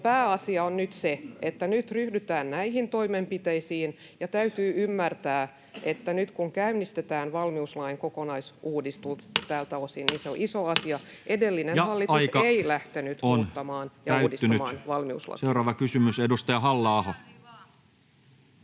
pääasia on nyt se, että nyt ryhdytään näihin toimenpiteisiin, ja täytyy ymmärtää, että nyt kun käynnistetään valmiuslain kokonaisuudistus tältä osin, niin se on iso asia. Edellinen hallitus ei lähtenyt muuttamaan ja [Puhemies: Ja aika on täyttynyt!] uudistamaan